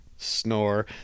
Snore